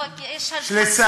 לא, כי יש מחסור, לצערי.